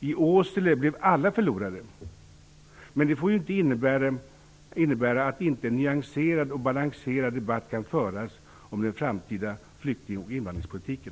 I Åsele blev alla förlorare, men det får inte innebära att en nyanserad och balanserad debatt inte kan föras om den framtida flykting och invandringspolitiken.